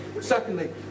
Secondly